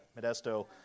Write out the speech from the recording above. Modesto